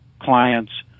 clients